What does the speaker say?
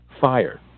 fire